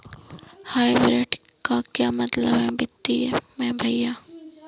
Hybrid का क्या मतलब है वित्तीय में भैया?